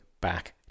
back